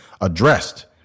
addressed